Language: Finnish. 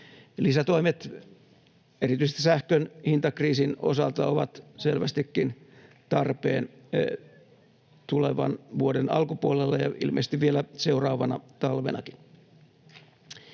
Lisätoimet erityisesti sähkön hintakriisin osalta ovat selvästikin tarpeen tulevan vuoden alkupuolella ja ilmeisesti vielä seuraavana talvenakin.